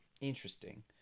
Interesting